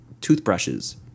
toothbrushes